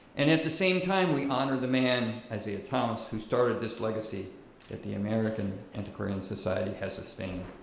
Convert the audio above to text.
and at the same time we honor the man, isaiah thomas who started this legacy at the american antiquarian society has sustained.